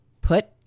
put